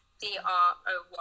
D-R-O-Y